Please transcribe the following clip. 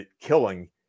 killing